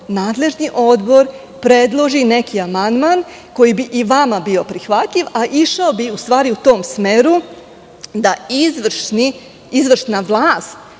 nadležni odbor predloži neki amandman koji bi i vama bio prihvatljiv, a u stvari, išao bi u tom smeru da izvršna vlast